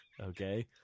Okay